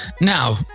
Now